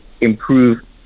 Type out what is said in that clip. improve